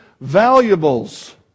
valuables